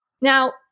Now